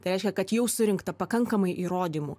tai reiškia kad jau surinkta pakankamai įrodymų